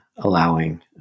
allowing